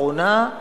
אחרונה,